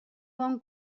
bon